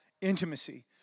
Intimacy